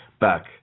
back